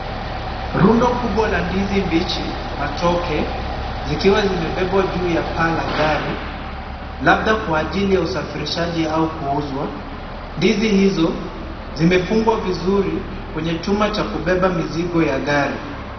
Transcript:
Rundo kubwa la ndizi mbichi, matoke zikiwa zimebebwa juu ya paa la gari labda kwa ajili ya usafirishaji au kuuzwa. Ndizi hizo zimefungwa vizuri kwenye chuma cha kubeba mizigo ya gari.